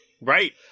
Right